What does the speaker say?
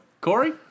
Corey